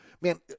man